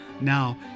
Now